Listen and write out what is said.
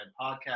Podcast